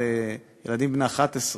על ילדים בני 11,